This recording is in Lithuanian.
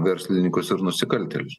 verslininkus ir nusikaltėlius